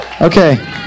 Okay